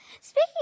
Speaking